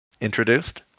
introduced